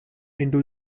into